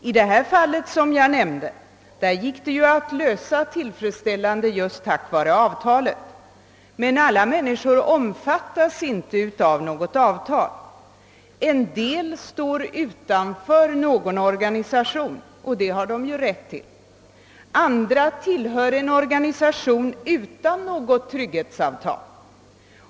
I det fall jag nyss redogjorde för gick det ju att lösa problemet på ett tillfredsställande sätt tack vare avtalet, men alla människor omfattas inte av något avtal. En del tillhör inte någon organisation — och det har de ju rätt till —, andra tillhör en organisation utan trygghetsavtal.